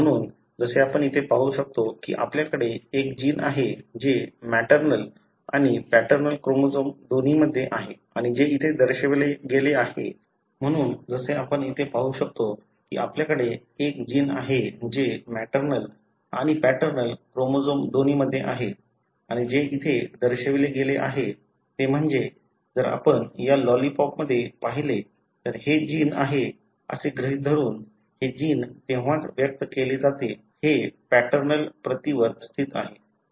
म्हणून जसे आपण इथे पाहू शकतो की आपल्याकडे एक जीन आहे जे मॅटर्नल आणि पॅटर्नल क्रोमोझोम दोन्हीमध्ये आहे आणि जे इथे दर्शविले गेले आहे ते म्हणजे जर आपण या लॉलीपॉपमध्ये पाहिले तर हे जीन आहे असे गृहीत धरून हे जीन तेव्हाच व्यक्त केले जाते हे पॅटर्नल प्रतीवर स्थित आहे